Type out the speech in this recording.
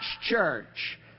church